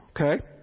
Okay